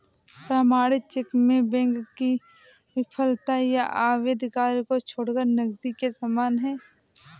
प्रमाणित चेक में बैंक की विफलता या अवैध कार्य को छोड़कर नकदी के समान है